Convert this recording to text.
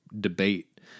debate